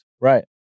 Right